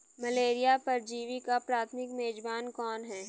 Malaria परजीवी का प्राथमिक मेजबान कौन है?